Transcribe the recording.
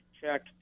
check